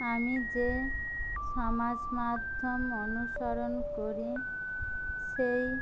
আমি যে সমাজমাধ্যম অনুসরণ করি সেই